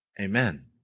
Amen